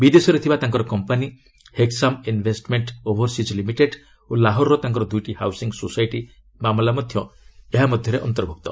ବିଦେଶରେ ଥିବା ତାଙ୍କର company Hequam investment overseas limited ଓ ଲାହୋରର ତାଙ୍କର ଦୁଇଟି ହାଉସିଂ ସୋସାଇଟି ମାମଲା ମଧ୍ୟ ଏହା ମଧ୍ୟରେ ଅନ୍ତର୍ଭୁକ୍ତ